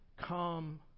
Come